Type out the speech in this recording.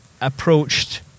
approached